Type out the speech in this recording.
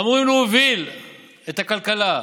אמורים להוביל את הכלכלה,